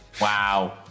Wow